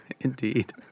Indeed